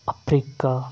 Africa